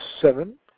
seven